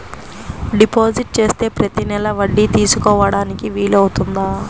Deposit చేస్తే ప్రతి నెల వడ్డీ తీసుకోవడానికి వీలు అవుతుందా?